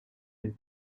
and